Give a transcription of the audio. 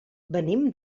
venim